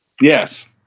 Yes